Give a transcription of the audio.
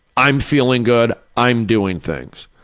i'm feeling good. i'm doing things.